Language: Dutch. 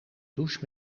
douche